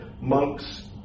Monks